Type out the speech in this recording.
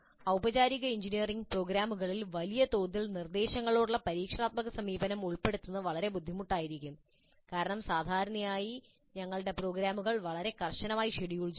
ഔപചാരിക എഞ്ചിനീയറിംഗ് പ്രോഗ്രാമുകളിൽ വലിയ തോതിൽ നിർദ്ദേശങ്ങളോടുള്ള പരീക്ഷണാത്മക സമീപനം ഉൾപ്പെടുത്തുന്നത് വളരെ ബുദ്ധിമുട്ടായിരിക്കും കാരണം സാധാരണയായി ഞങ്ങളുടെ പ്രോഗ്രാമുകൾ വളരെ കർശനമായി ഷെഡ്യൂൾ ചെയ്യും